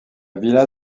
villa